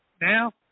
now